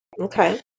Okay